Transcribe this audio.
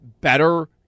better